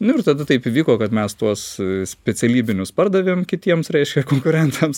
nu ir tada taip įvyko kad mes tuos specialybinius pardavėm kitiems reiškia konkurentams